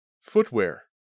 Footwear